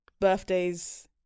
birthdays